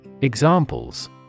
Examples